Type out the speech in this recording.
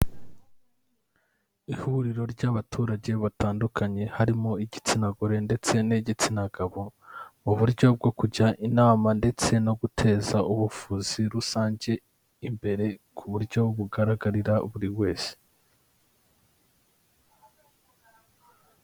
Ihuriro ry'abaturage batandukanye harimo igitsina gore ndetse n'igitsina gabo mu buryo bwo kujya inama ndetse no guteza ubuvuzi rusange imbere ku buryo bugaragarira buri wese.